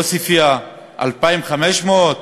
עוספיא, 2,500,